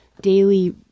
daily